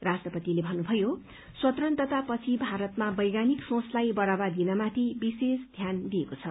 राष्ट्रपतिले भन्नुभयो स्वतन्त्रतापछि भारतमा वैज्ञानिक सोचलाई बढ़ावा दिनमाथि विशेष ध्यान दिइएको छ